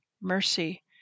mercy